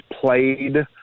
played